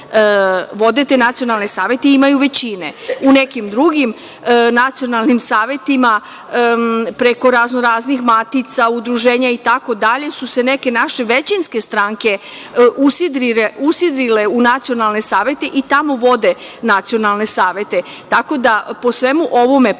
vode te nacionalne savete i imaju većine. U nekim drugim nacionalnim savetima, preko raznoraznih matica, udruženja i tako dalje, su se neke naše većinske stranke usidrile u nacionalne savete i tamo vode nacionalne saveta. Po svemu ovome potvrde